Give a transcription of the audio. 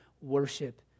worship